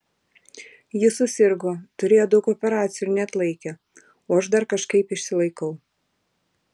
ji susirgo turėjo daug operacijų ir neatlaikė o aš dar kažkaip išsilaikau